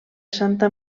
santa